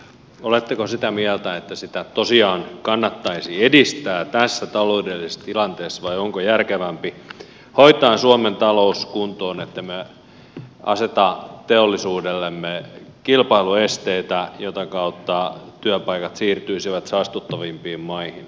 oletteko sitä mieltä että sitä tosiaan kannattaisi edistää tässä taloudellisessa tilanteessa vai onko järkevämpi hoitaa suomen talous kuntoon ettemme aseta teollisuudellemme kilpailuesteitä jota kautta työpaikat siirtyisivät saastuttavampiin maihin